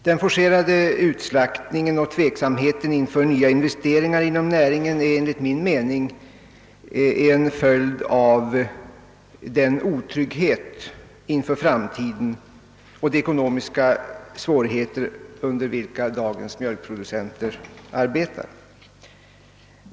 Den forcerade utslaktningen och tveksamheten inför nyinvesteringar inom näringen är enligt min mening en följd av den otrygghet inför framtiden och de ekonomiska svårigheter, under vilka dagens mjölkproducenter arbetar.